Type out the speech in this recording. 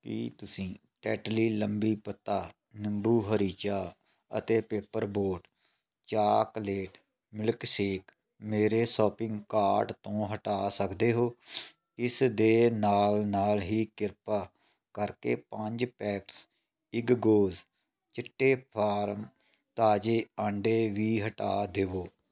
ਕੀ ਤੁਸੀਂ ਟੈਟਲੀ ਲੰਬੀ ਪੱਤਾ ਨਿੰਬੂ ਹਰੀ ਚਾਹ ਅਤੇ ਪੇਪਰ ਬੋਟ ਚਾਕਲੇਟ ਮਿਲਕਸ਼ੇਕ ਮੇਰੇ ਸੋਪਿੰਗ ਕਾਰਟ ਤੋਂ ਹਟਾ ਸਕਦੇ ਹੋ ਇਸ ਦੇ ਨਾਲ ਨਾਲ ਹੀ ਕ੍ਰਿਪਾ ਕਰਕੇ ਪੰਜ ਪੈਕੇਟਸ ਇਗਗੋਜ਼ ਚਿੱਟੇ ਫਾਰਮ ਤਾਜੇ ਅੰਡੇ ਵੀ ਹਟਾ ਦੇਵੋ